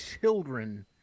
children